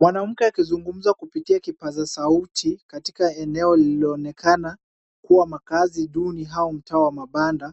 Mwanamke akizungumza kupitia kipaza sauti, katika eneo lililoonekana kuwa makazi duni au mtaa wa mabanda,